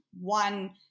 one